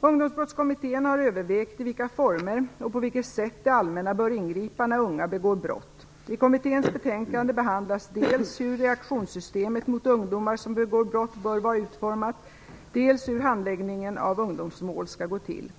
Ungdomsbrottskommittén har övervägt i vilka former och på vilket sätt det allmänna bör ingripa när unga begår brott. I kommitténs betänkande behandlas dels hur reaktionssystemet mot ungdomar som begår brott bör vara utformat, dels hur handläggningen av ungdomsmål skall gå till.